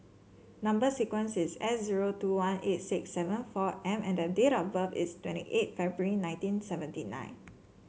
number sequence is S zero two one eight six seven four M and date of birth is twenty eight February nineteen seventy nine